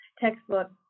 textbook